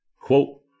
Quote